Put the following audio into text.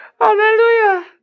hallelujah